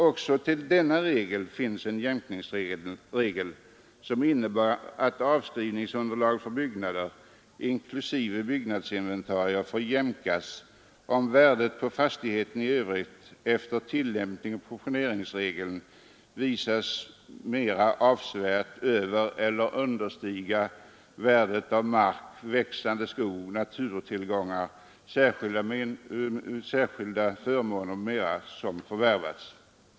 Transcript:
Också till denna regel finns en jämkningsregel som innebär att avskrivningsunderlaget för byggnaderna inklusive byggnadsinventarier får jämkas om värdet på fastigheten i övrigt efter tillämpning av proportioneringsregeln visas mera avsevärt övereller understiga värdet av mark, växande skog, naturtillgångar, särskilda förmåner m.m. som förvärvats.